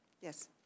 Yes